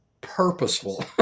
purposeful